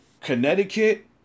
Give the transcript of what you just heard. Connecticut